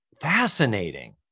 Fascinating